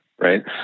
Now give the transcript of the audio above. right